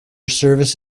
service